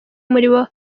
muribo